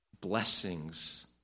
Blessings